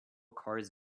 cars